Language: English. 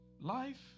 Life